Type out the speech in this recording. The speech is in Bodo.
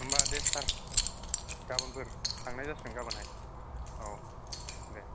होमबा दे सार गाबोनफोर थांनाय जासिगोन गाबोनहाय औ दे